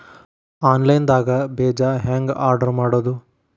Online ದಾಗ ಬೇಜಾ ಹೆಂಗ್ ಆರ್ಡರ್ ಮಾಡೋದು?